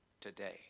today